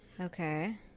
okay